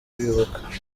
kubibuka